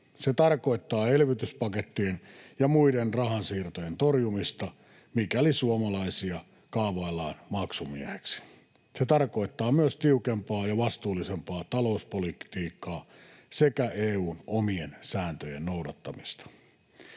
Se tarkoittaa elvytyspakettien ja muiden rahansiirtojen torjumista, mikäli suomalaisia kaavaillaan maksumiehiksi. Se tarkoittaa myös tiukempaa ja vastuullisempaa talouspolitiikkaa sekä EU:n omien sääntöjen noudattamista.